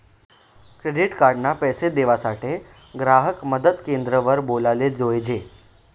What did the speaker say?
credit card ना पैसा देवासाठे ग्राहक मदत क्रेंद्र वर बोलाले जोयजे